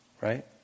right